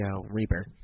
Reaper